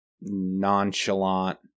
nonchalant